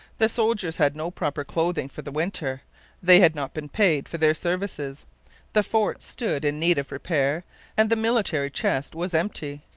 the soldiers had no proper clothing for the winter they had not been paid for their services the fort stood in need of repair and the military chest was empty.